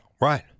Right